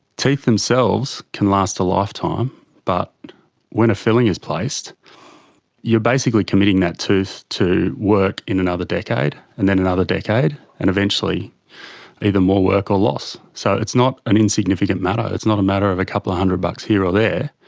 teeth themselves can last a lifetime but when a filling is placed you're basically committing that tooth to work in another decade and then another decade and eventually either more work or loss. so it's not an insignificant matter, it's not a matter of a couple of hundred bucks here or there,